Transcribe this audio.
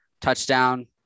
touchdown